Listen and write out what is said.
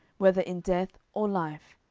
whether in death or life,